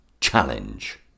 challenge